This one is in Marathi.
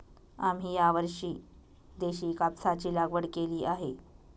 आम्ही यावर्षी देशी कापसाची लागवड केली आहे